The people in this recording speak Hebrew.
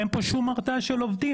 אין פה שום הרתעה של עובדים,